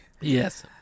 yes